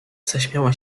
zaśmiała